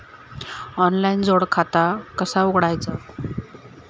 Online जोड खाता कसा उघडायचा?